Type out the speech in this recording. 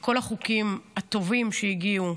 וכל החוקים הטובים שהגיעו,